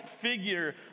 figure